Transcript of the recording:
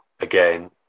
again